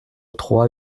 trois